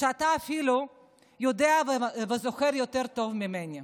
שאתה אפילו יודע וזוכר טוב ממני.